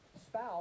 spouse